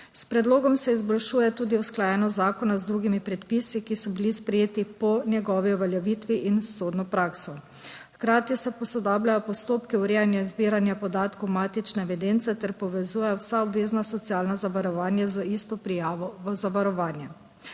S predlogom se izboljšuje tudi usklajenost zakona z drugimi predpisi, ki so bili sprejeti po njegovi uveljavitvi in s sodno prakso, hkrati se posodabljajo postopki urejanja zbiranja podatkov matične evidence ter povezuje vsa obvezna socialna zavarovanja z isto prijavo v zavarovanje.